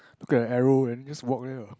look at a arrow and just walk there lah